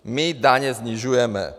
My daně snižujeme!